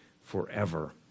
forever